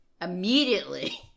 immediately